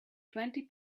twenty